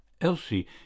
Elsie